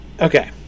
Okay